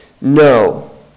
No